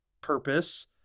purpose